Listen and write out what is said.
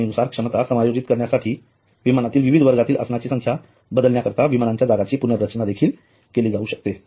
मागणीनुसार क्षमता समायोजित करण्यासाठी विमानातील विविध वर्गातील आसनांची संख्या बदलण्यासाठी विमानाच्या जागांची पुनर्रचना केली जाऊ शकते